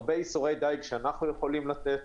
הרבה איסורי דייג שאנחנו יכולים לתת,